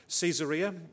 Caesarea